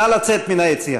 נא לצאת מן היציע.